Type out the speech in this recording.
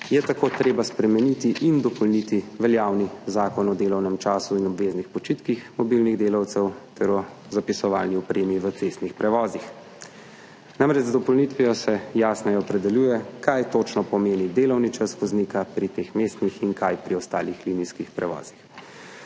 je tako treba spremeniti in dopolniti veljavni Zakon o delovnem času in obveznih počitkih mobilnih delavcev ter o zapisovalni opremi v cestnih prevozih. Z dopolnitvijo se namreč jasneje opredeljuje, kaj točno pomeni delovni čas voznika pri mestnih in kaj pri ostalih linijskih prevozih.